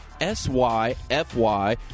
S-Y-F-Y